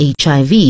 HIV